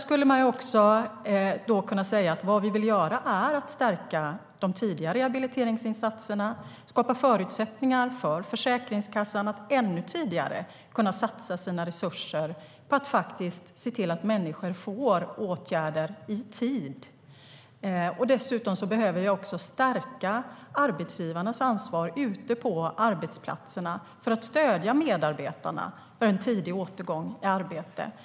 Vad vi vill göra är att stärka de tidiga rehabiliteringsinsatserna och skapa förutsättningar för Försäkringskassan att ännu tidigare kunna satsa sina resurser på att faktiskt se till att människor får åtgärder i tid. Dessutom behöver vi stärka arbetsgivarnas ansvar ute på arbetsplatserna för att stödja medarbetarna för en tidig återgång i arbete.